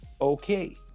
okay